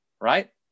right